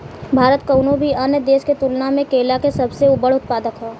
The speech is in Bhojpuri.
भारत कउनों भी अन्य देश के तुलना में केला के सबसे बड़ उत्पादक ह